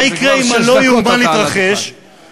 כבר שש דקות אתה על הדוכן.